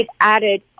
added